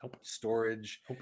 storage